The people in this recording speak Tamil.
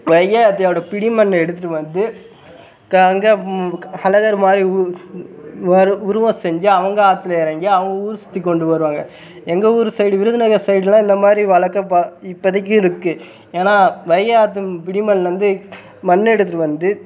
வைகை ஆற்றோட பிடிமண்ணை எடுத்துட்டு வந்து க அங்கே அழகர் மாதிரி உ உருவம் செஞ்சு அவங்க ஆற்றுல இறங்கி அவங்க ஊர் சுற்றி கொண்டு வருவாங்க எங்கள் ஊர் சைடு விருதுநகர் சைடெலாம் இந்தமாதிரி வழக்கம் ப இப்போதிக்கி இருக்குது ஏன்னால் வைகை ஆற்று பிடிமண்ணுலேருந்து மண் எடுத்துகிட்டு வந்து